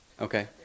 Okay